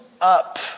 up